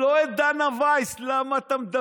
לא את דנה ויס למה-אתה-מדבר-עם-הידיים,